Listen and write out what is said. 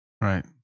Right